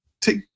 take